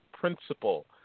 principle